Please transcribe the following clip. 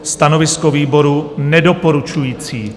Stanovisko výboru nedoporučující.